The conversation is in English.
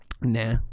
Nah